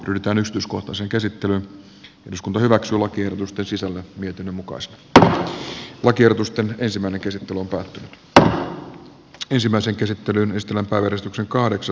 rytönystyskohta sen käsittävä eduskunta hyväksyy lakiehdotusten sisältö miten nyt päätetään lakiehdotusten esimerkisi lupaa että ensimmäisen käsittelyn ystävä yhdistyksen sisällöstä